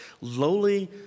lowly